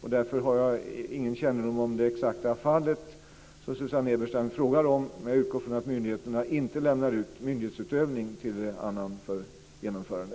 Jag har ingen kännedom om det enskilda fallet som Susanne Eberstein frågade om, men jag utgår ifrån att myndigheterna inte lämnar ut myndighetsutövning till annan för genomförande.